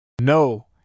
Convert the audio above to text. No